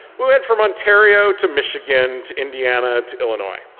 we went from ontario, to michigan, to indiana, to illinois.